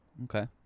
Okay